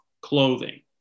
clothing